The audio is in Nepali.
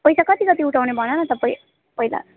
पैसा कति कति उठाउने भन न त पै पहिला